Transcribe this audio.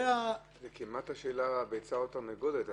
זה כמעט השאלה של הביצה והתרנגולת.